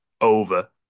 over